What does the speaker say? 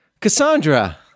Cassandra